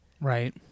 Right